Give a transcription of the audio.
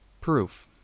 Proof